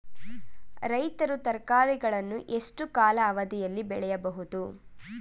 ರೈತರು ತರಕಾರಿಗಳನ್ನು ಎಷ್ಟು ಕಾಲಾವಧಿಯಲ್ಲಿ ಬೆಳೆಯಬಹುದು?